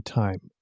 time